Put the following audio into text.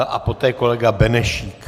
A poté kolega Benešík.